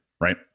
right